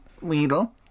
Weedle